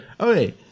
Okay